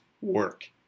work